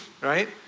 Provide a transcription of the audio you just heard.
right